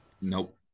nope